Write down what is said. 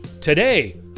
Today